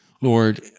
Lord